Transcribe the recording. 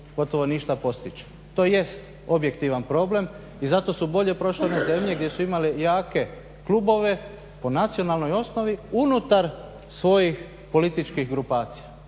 gotovo ništa postići. To jest objektivan problem i zato su bolje prošle one zemlje gdje su imale jake klubove po nacionalnoj osnovi unutar svojih političkih grupacija.